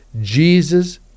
Jesus